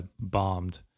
bombed